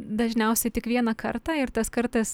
dažniausiai tik vieną kartą ir tas kartas